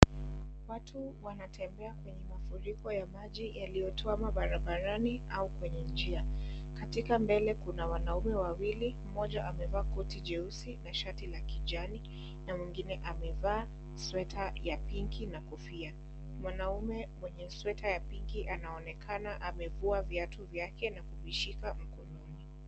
Watu wanatembea kwenye mafuriko ya maji yaliyotwama barabarani au kwenya njia. Katika mbele kuna wanaume wawili, mmoja amevaa koti jeusi na shati la kijani na mwingine amevaa sweater ya pinki na kofia. Mwanaume mwenye sweater ya pinki anaonekana amevua viatu vyake na kuvishika mkononi.